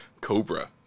Cobra